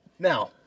Now